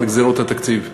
על גזירות התקציב,